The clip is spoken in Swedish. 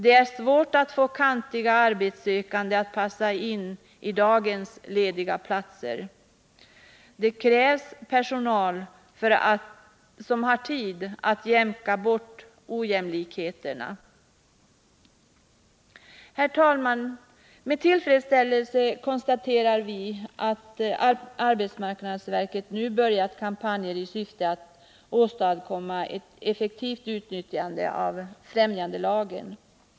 Det är svårt att få kantiga arbetssökande att passa in i dagens lediga platser. Det krävs personal som har tid att jämka samman ojämlikheterna. Med tillfredsställelse noterar vi att arbetsmarknadsverket nu har påbörjat kampanjer i syfte att åstadkomma ett effektivt utnyttjande av främjandelagen.